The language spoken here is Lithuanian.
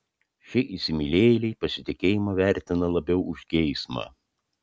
šie įsimylėjėliai pasitikėjimą vertina labiau už geismą